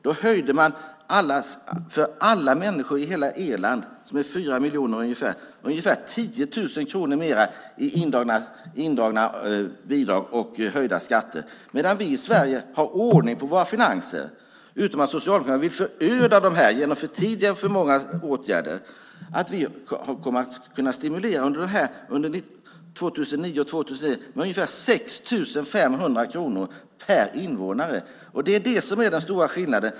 Då höjde man kostnaderna för hela Irlands befolkning, som är fyra miljoner ungefär, med ungefär 10 000 kronor i indragna bidrag och höjda skatter. Men vi i Sverige har ordning på våra finanser. Socialdemokraterna vill föröda dem genom för tidiga och för många åtgärder. Vi kommer under 2009 och 2010 att kunna stimulera med ungefär 6 500 kronor per invånare. Det är den stora skillnaden.